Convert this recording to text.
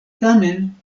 tamen